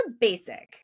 basic